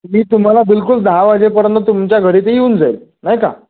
मी तुम्हाला बिलकुल दहा वाजेपर्यंत तुमच्या घरात येऊन जाईल नाही का